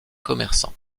commerçants